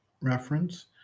Reference